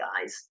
guys